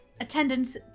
attendance